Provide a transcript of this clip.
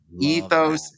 ethos